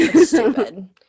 Stupid